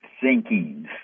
thinkings